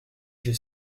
j’ai